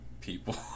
people